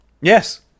Yes